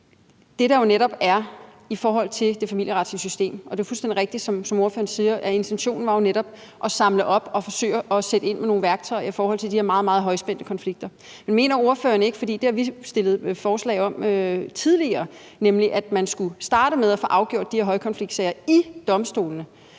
det, der jo er i forhold til det familieretlige system, er – og det er fuldstændig rigtigt, hvad ordføreren siger – at intentionen netop var at samle op og forsøge at sætte ind med nogle værktøjer i forhold til de her meget, meget højspændte konflikter. Men mener ordføreren ikke, for det har vi stillet forslag om tidligere, at man skulle starte med at få afgjort de her højkonfliktsager ved domstolene?